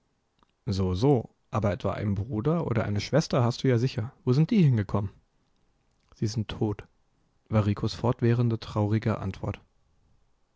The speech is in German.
so so aber etwa einen bruder oder eine schwester hast du ja sicher wo sind die hingekommen sie sind tot war ricos fortwährende traurige antwort